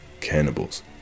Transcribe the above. cannibals